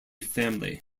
family